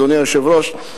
אדוני היושב-ראש,